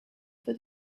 for